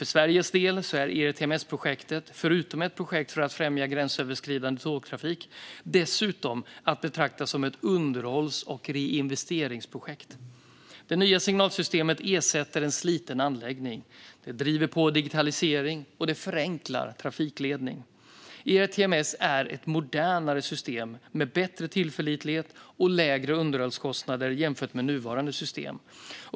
För Sveriges del är ERTMS-projektet förutom ett projekt för att främja gränsöverskridande tågtrafik dessutom att betrakta som ett underhålls och reinvesteringsprojekt. Det nya signalsystemet ersätter en sliten anläggning, driver på digitalisering och förenklar trafikledning. ERTMS är ett modernare system med bättre tillförlitlighet och lägre underhållskostnader jämfört med nuvarande system.